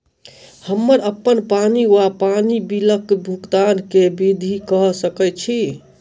हम्मर अप्पन पानि वा पानि बिलक भुगतान केँ विधि कऽ सकय छी?